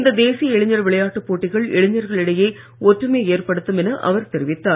இந்த தேசிய இளைஞர் விளையாட்டுப்போட்டிகள் இளைஞ்கள் இடையே ஒற்றுமையை ஏற்படுத்தும் என அவர் தெரிவித்தார்